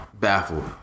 Baffled